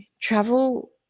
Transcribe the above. Travel